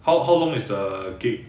how how long is the geek